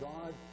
God